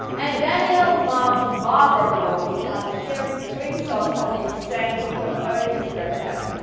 and danielle's mom, barbara bregoli, started sharing screenshots of the exchanges on her own instagram account.